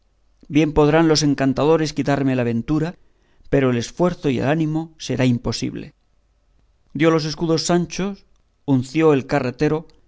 bien podrán los encantadores quitarme la ventura pero el esfuerzo y el ánimo será imposible dio los escudos sancho unció el carretero